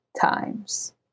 times